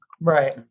Right